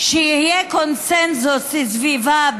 שיהיה קונסנזוס סביבה,